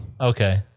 Okay